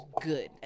good